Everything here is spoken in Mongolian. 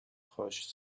хойш